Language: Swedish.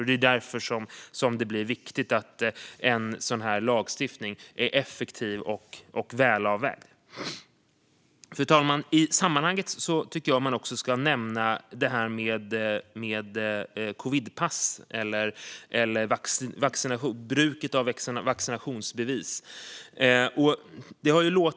Det är därför det är viktigt att sådan här lagstiftning blir effektiv och välavvägd. Fru talman! I sammanhanget tycker jag att man också ska nämna det här med covidpass eller bruket av vaccinationsbevis.